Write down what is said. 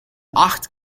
acht